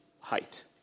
height